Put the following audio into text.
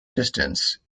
distance